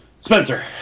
Spencer